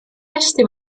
hästi